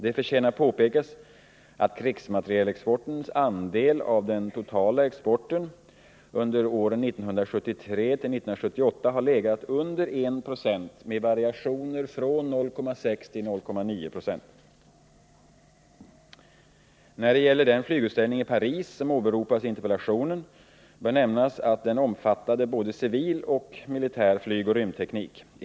Det förtjänar påpekas att krigsmaterielexportens andel av den totala exporten under åren 1973-1978 har legat under 1 90 med variationer från 0,6 till 0,9 96. När det gäller den flygutställning i Paris som åberopas i interpellationen bör nämnas att den omfattade både civil och militär flygoch rymdteknik.